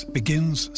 begins